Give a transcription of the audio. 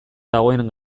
dagoen